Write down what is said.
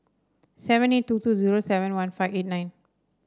seven eight two two zero seven one five eight nine